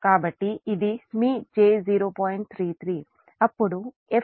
కాబట్టి ఇది మీ j 0